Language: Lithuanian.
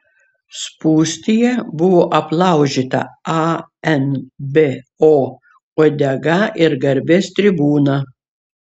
spūstyje buvo aplaužyta anbo uodega ir garbės tribūna